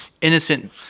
innocent